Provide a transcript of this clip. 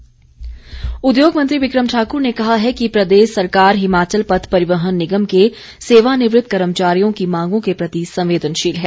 बिक्रम ठाक्र उद्योग मंत्री बिक्रम ठाक्र ने कहा है कि प्रदेश सरकार हिमाचल पथ परिवहन निगम के सेवानिवृत कर्मचारियों की मांगों के प्रति संवेदनशील है